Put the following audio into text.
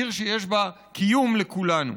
עיר שיש בה קיום לכולנו.